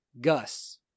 Gus